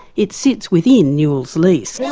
it sits within newil's lease. yeah